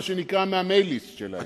מה שנקרא מה"mail list" שלהם.